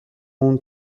اون